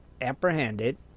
apprehended